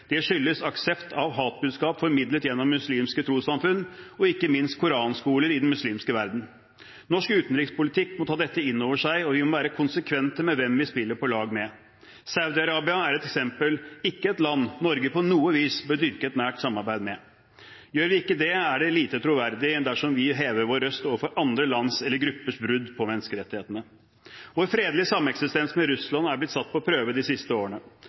Det skyldes aksept av hatbudskap formidlet gjennom muslimske trossamfunn og ikke minst koranskoler i den muslimske verden. Norsk utenrikspolitikk må ta dette inn over seg, og vi må være konsekvente med hvem vi spiller på lag med – Saudi-Arabia er eksempelvis ikke et land Norge på noe vis bør dyrke et nært samarbeid med. Gjør vi ikke det, er det lite troverdig dersom vi hever vår røst overfor andre lands eller andre gruppers brudd på menneskerettighetene. Vår fredelige sameksistens med Russland er blitt satt på prøve de siste årene.